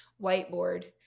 whiteboard